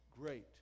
great